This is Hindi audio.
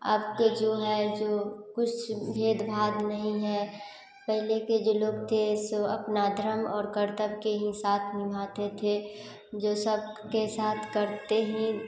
अब के जो है जो कुछ भेदभाव नहीं है पहले के जो लोग थे सो अपना धरम और कर्तव्य के ही साथ निभाते थे जो सबके साथ करते हैं